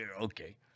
Okay